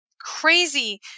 crazy